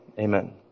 Amen